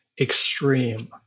extreme